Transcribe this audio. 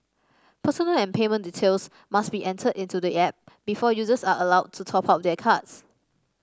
personal and payment details must be entered into the app before users are allowed to top up their cards